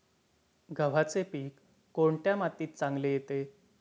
गव्हाचे पीक कोणत्या मातीत चांगले येते?